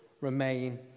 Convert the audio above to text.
remain